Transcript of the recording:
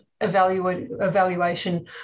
evaluation